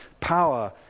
power